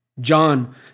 John